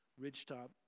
Ridgetop